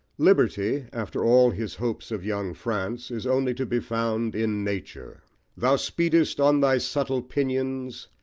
liberty, after all his hopes of young france, is only to be found in nature thou speedest on thy subtle pinions,